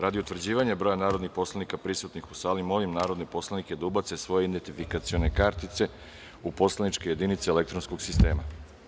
Radi utvrđivanja broja narodnih poslanika prisutnih u sali, molim narodne poslanike da ubace svoje identifikacione kartice u poslaničke jedinice elektronskog sistema.